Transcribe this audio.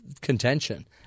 contention